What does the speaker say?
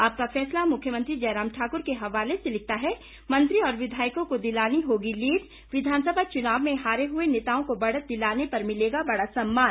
आपका फैसला मुख्यमंत्री जयराम ठाकुर के हवाले से लिखता है मंत्री और विधायकों को दिलानी होगी लीड विधानसभा चुनाव में हारे हुए नेताओं को बढ़त दिलाने पर मिलेगा बड़ा सम्मान